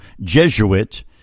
Jesuit